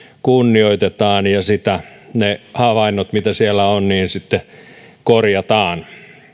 kunnioitetaan ja ne havainnot mitä siellä on sitten korjataan